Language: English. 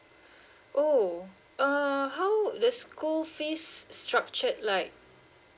oh uh how the school fees structured like